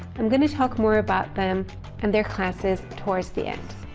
i'm going to talk more about them and their classes towards the end.